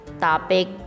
topic